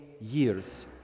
years